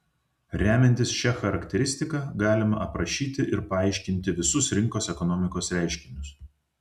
remiantis šia charakteristika galima aprašyti ir paaiškinti visus rinkos ekonomikos reiškinius